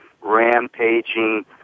rampaging